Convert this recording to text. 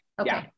okay